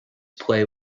play